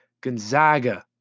Gonzaga